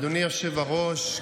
אדוני היושב-ראש,